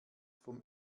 vom